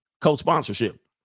co-sponsorship